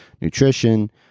nutrition